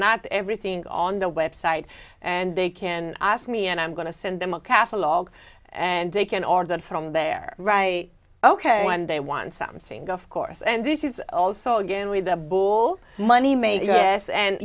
not everything on the website and they can ask me and i'm going to send them a catalog and they can order it from there ok when they want something of course and this is also again with the ball money maker yes and